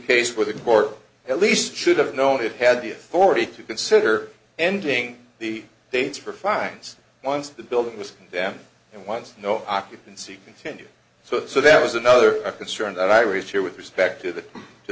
case where the court at least should have known it had the authority to consider ending the dates for fines once the building was down and once you know occupancy continued so that was another concern that i raised here with respect to that to